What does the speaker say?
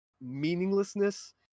meaninglessness